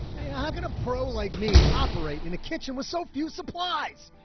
ah going to pro like me operate in a kitchen with so few supplies.